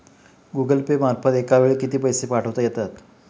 Google Pay मार्फत एका वेळी किती पैसे पाठवता येतात?